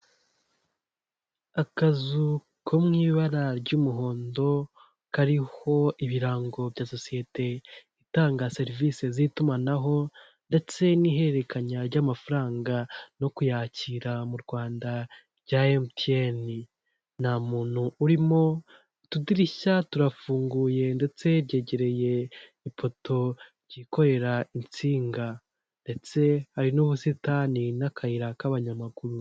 Akazu ko mubara ry'umuhondo kariho ibirango bya sosiyete itanga serivisi z'itumanaho, ndetse n'ihererekanya ry'amafaranga no kuyakira mu Rwanda rya emutiyeni. Nta muntu urimo utudirishya turafunguye ndetse kegereye ifoto ryikorera insinga, ndetse hari n'ubusitani n'akayira k'abanyamaguru.